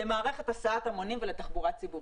למערכת הסעת המונים ולתחבורה ציבורית.